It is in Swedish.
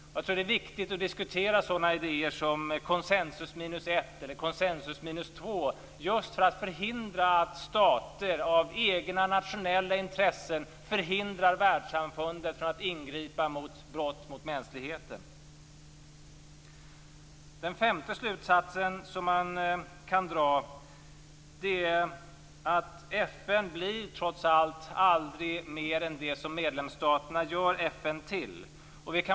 Jag tror att det är viktigt att diskutera sådana idéer som konsensus minus ett eller konsensus minus två just för att man skall förhindra att stater av egna nationella intressen hindrar världssamfundet från att ingripa mot brott mot mänskligheten. Den femte slutsatsen som man kan dra är att FN trots allt aldrig blir mer än det som medlemsstaterna gör FN till.